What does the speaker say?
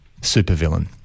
Supervillain